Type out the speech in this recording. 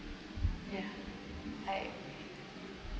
yeah I